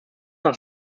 nach